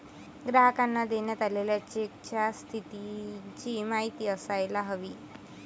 ग्राहकांना देण्यात आलेल्या चेकच्या स्थितीची माहिती असायला हवी